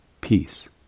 Peace